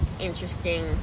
interesting